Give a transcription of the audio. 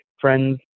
friends